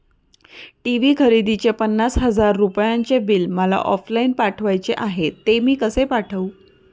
TV खरेदीचे पन्नास हजार रुपयांचे बिल मला ऑफलाईन पाठवायचे आहे, ते मी कसे पाठवू?